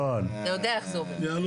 אתה יודע איך זה עובד.